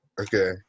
Okay